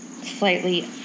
slightly